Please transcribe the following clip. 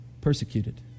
persecuted